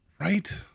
right